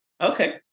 Okay